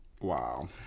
Wow